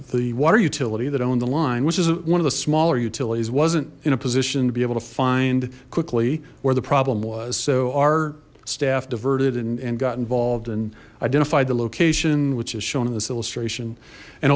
the water utility that owned the line which is one of the smaller utilities wasn't in a position to be able to find quickly where the problem was so our staff diverted and got involved and identified the location which is shown in this illustration and